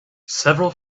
several